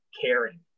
caring